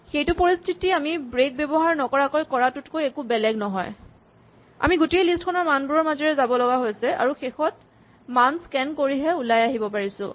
এইটো পৰিস্হিতি আমি ব্ৰেক ব্যৱহাৰ নকৰাকৈ কৰাটোতকৈ একো বেলেগ নহয় আমি গোটেই লিষ্ট খনৰ মানবোৰৰ মাজেৰে যাব লগা হৈছে আৰু সকলো মান স্কেন কৰিহে ওলাই আহিব পাৰিছোঁ